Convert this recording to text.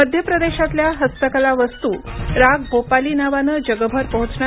मध्य प्रदेशातल्या हस्तकला वस्तु राग भोपाली नावाने जगभर पोहोचणार